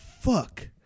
fuck